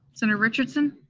senator richardson?